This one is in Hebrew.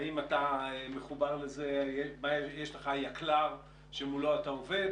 האם יש לך יקל"ר שמולו אתה עובד?